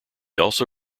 also